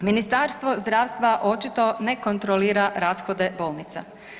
Ministarstvo zdravstva očito ne kontrolira rashode bolnica.